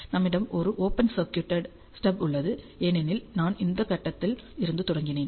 நம்மிடம் ஒரு open circuited stub உள்ளாது ஏனெனில் நான் இந்த கட்டத்தில் இருந்து தொடங்கினேன்